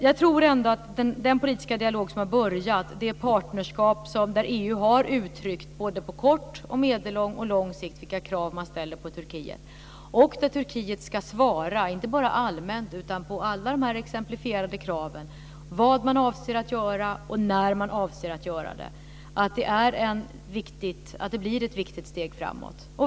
Jag tror ändå att den politiska dialog som har börjat - det partnerskap där EU på kort, medellång och lång sikt har uttryckt vilka krav man ställer på Turkiet och där Turkiet ska svara, inte bara allmänt utan på alla exemplifierade krav, vad man avser att göra och när man avser att göra det - blir ett viktigt steg framåt.